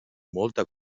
molta